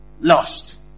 lost